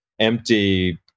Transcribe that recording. empty